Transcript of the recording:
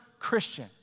Christian